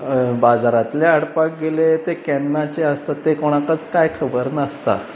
बाजारांतले हाडपाक गेले तें केन्नाचे आसता तें कोणाकच कांय खबर नासता